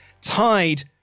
tied